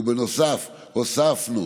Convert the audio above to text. ובנוסף הוספנו,